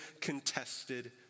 contested